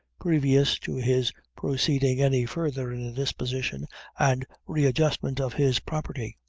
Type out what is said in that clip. previous to his proceeding any further in the disposition and readjustment of his property.